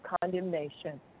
condemnation